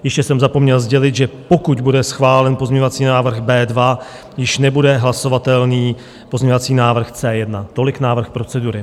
Ještě jsem zapomněl sdělit, že pokud bude schválen pozměňovací návrh B2, již nebude hlasovatelný pozměňovací návrh C1. Tolik návrh procedury.